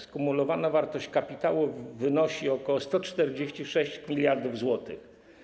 Skumulowana wartość kapitału wynosi ok. 146 mld zł.